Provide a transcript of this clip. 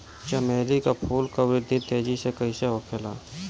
चमेली क फूल क वृद्धि तेजी से कईसे होखेला?